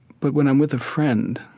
but when i'm with a friend,